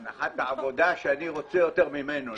הנחת העבודה, שאני רוצה יותר ממנו.